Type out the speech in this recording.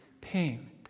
pain